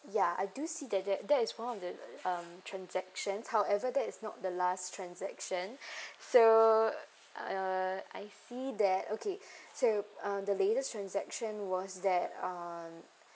ya I do see that that that is one of the um transactions however that is not the last transaction so uh I see that okay so um the latest transaction was that um